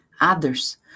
Others